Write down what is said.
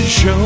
Show